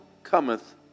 Cometh